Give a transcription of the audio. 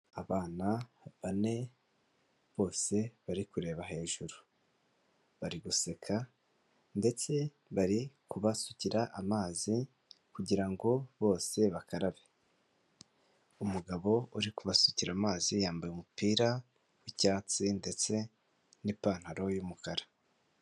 Abana bane bose bari kureba hejuru, bari guseka ndetse bari kubasukira amazi kugirango bose bakarabe, umugabo uri kubasukira amazi yambaye umupira w'icyatsi ndetse n'ipantaro y'umukara.